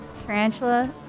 Tarantula